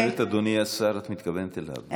כשאת אומרת "אדוני השר" את מתכוונת אליו.